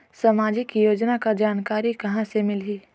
समाजिक योजना कर जानकारी कहाँ से मिलही?